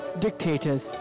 dictators